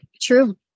true